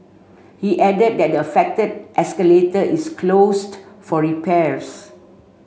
he added that the affected escalator is closed for repairs